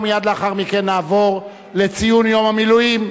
ומייד לאחר מכן נעבור לציון יום המילואים.